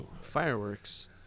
fireworks